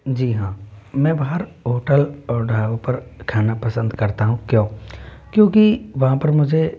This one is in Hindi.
जी हाँ मैं बाहर होटल और ढाबे पर खाना पसंद करता हूँ क्यों क्योंकि वहाँ पर मुझे